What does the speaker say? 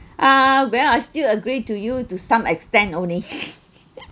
uh where I still agreed to you to some extent only